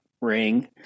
ring